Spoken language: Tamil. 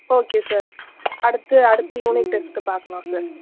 ஓகே சார் அடுத்து அடுத்து யூனிட் டெஸ்ட்டு பார்க்கலாம் சார்